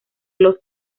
los